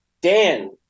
Dan